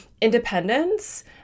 independence